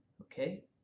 Okay